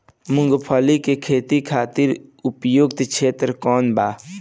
मूँगफली के खेती खातिर उपयुक्त क्षेत्र कौन वा?